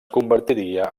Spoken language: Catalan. convertiria